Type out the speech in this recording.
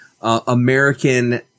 American